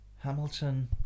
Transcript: Hamilton